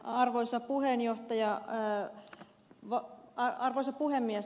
arvoisa puheenjohtaja ö no aina arvoisa puhemies